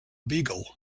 beagle